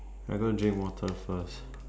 I go and drink water first